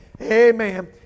Amen